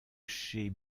chez